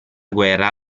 guerra